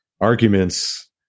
arguments